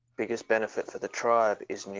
biggest benefit for the tribe is